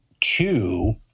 two